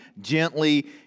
gently